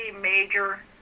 major